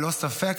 ללא ספק,